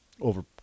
over –